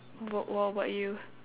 what what about you